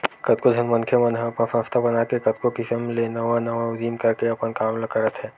कतको झन मनखे मन ह अपन संस्था बनाके कतको किसम ले नवा नवा उदीम करके अपन काम ल करत हे